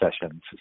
sessions